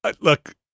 look